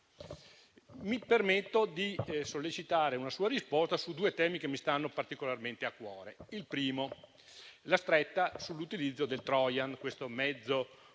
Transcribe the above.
Mi permetto di sollecitare una sua risposta su due temi che mi stanno particolarmente a cuore, il primo dei quali è la stretta sull'utilizzo del *trojan*, questo mezzo